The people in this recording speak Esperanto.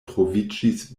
troviĝis